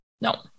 No